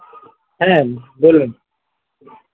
হ্যাঁ বলুন